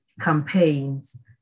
campaigns